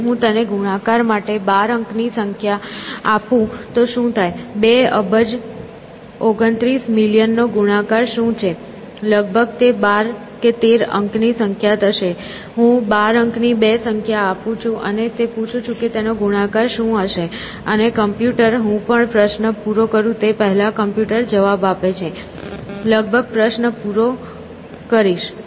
જો હું તેને ગુણાકાર માટે 12 અંકની સંખ્યા આપું તો શું થાય 2 અબજ 29 મિલિયન નો ગુણાકાર શું છે લગભગ 12 13 અંક ની સંખ્યા થાય હું 12 અંકની 2 સંખ્યા આપું છું અને તે પૂછું છું કે તેનો ગુણાકાર શું છે અને કમ્પ્યુટર હું પણ પ્રશ્ન પૂરો કરું તે પહેલાં કમ્પ્યુટર જવાબ આપે છે લગભગ પ્રશ્ન પૂરો કરીશ